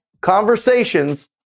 conversations